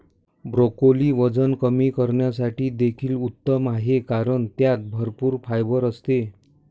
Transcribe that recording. broccoli वजन कमी करण्यासाठी देखील उत्तम आहे कारण त्यात भरपूर फायबर असते